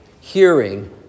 hearing